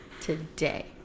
today